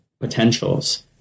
potentials